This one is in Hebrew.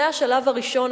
זה השלב הראשון,